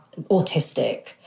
autistic